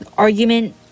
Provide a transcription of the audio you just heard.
Argument